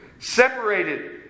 separated